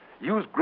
Use